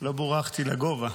לא בורכתי לגובה,